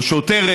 או שוטרת,